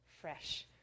fresh